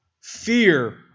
Fear